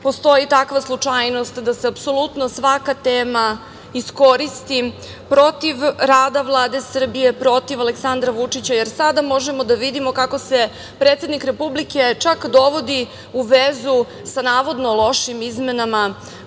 postoji takva slučajnost da se apsolutno svaka tema iskoristi protiv rada Vlade Srbije, protiv Aleksandra Vučića, jer sada možemo da vidimo kako se predsednik Republike, čak dovodi u vezu sa navodno lošim izmenama